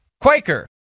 quaker